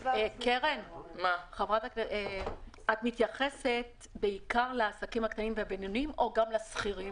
את מתייחסת בעיקר לעסקים הקטנים והבינוניים או גם לשכירים